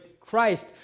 Christ